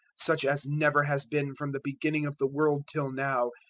such as never has been from the beginning of the world till now,